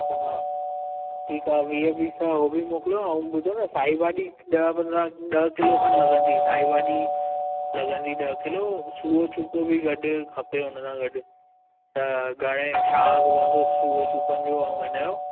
अच्छा हा ठीकु आहे वीह पीस उहो बि मोकिलो ऐं ॿुधोनि साई भाॼी ॾह पंद्रहं ॾह किलो खनि लॻंदी साई भाॼी लॻंदी ॾह किलो खनि सुओ छुपो बि गॾु खपे हुन सां गॾु ऐं घणे छा अघु पवंदो सुओ छुपो जो ऐं हिन जो